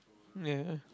ya